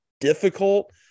difficult